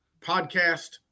podcast